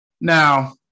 Now